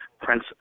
Prince